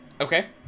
Okay